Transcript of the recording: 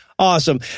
Awesome